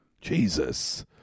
Jesus